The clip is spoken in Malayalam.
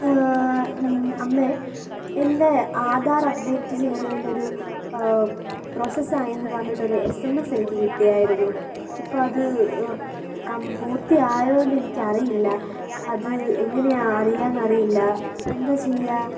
അമ്മേ എൻ്റെ ആധാർ അപ്ഡേറ്റ് ചെയ്തതിൻ്റെ ഒരു പ്രൊസസ്സായി എന്നു പറഞ്ഞിട്ടൊരു എസ് എം എസ് എനിക്ക് കിട്ടിയിരുന്നു അപ്പം അത് പൂർത്തി ആയോയെന്ന് എനിക്കറിയില്ല അത് എങ്ങനെയാണ് അറിയുകയെന്ന് അറിയില്ല എന്താ ചെയ്യുക